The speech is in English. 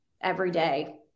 everyday